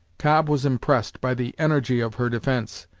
cobb was impressed by the energy of her defence.